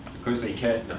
because they can.